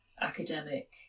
academic